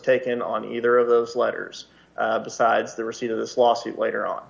taken on either of those letters besides the receipt of this lawsuit later